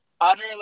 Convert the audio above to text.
utterly